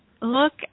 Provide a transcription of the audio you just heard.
look